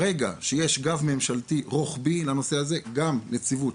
ברגע שיש גב ממשלתי רוחבי לנושא הזה גם נציבות,